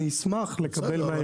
אני אשמח לקבל מהארגון --- בסדר,